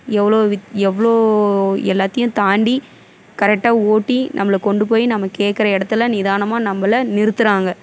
எவ்வளோ வித் எவ்வளோ எல்லாத்தையும் தாண்டி கரெக்டாக ஓட்டி நம்மளை கொண்டு போய் நம்ம கேட்கற இடத்துல நிதானமாக நம்மள நிறுத்துகிறாங்க